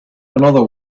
another